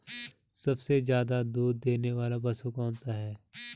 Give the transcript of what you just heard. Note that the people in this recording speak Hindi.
सबसे ज़्यादा दूध देने वाला पशु कौन सा है?